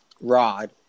Rod